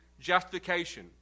justification